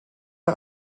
the